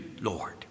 Lord